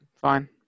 Fine